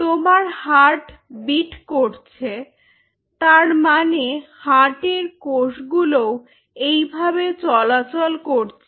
তোমার heart beat করছে তার মানে হার্টের কোষগুলোও এইভাবে চলাচল করছে